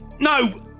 no